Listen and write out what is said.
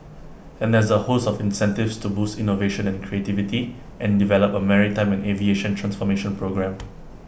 and there's A host of incentives to boost innovation and creativity and develop A maritime and aviation transformation programme